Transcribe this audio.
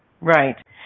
Right